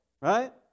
right